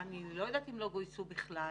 אני לא יודעת אם לא גויסו בכלל.